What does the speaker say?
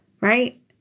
right